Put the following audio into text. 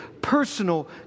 personal